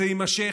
זה יימשך,